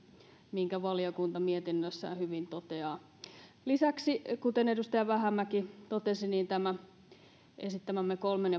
minkä valiokunta mietinnössään hyvin toteaa lisäksi kuten edustaja vähämäki totesi esittämämme kolmen